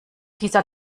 dieser